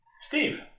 Steve